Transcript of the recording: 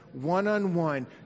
one-on-one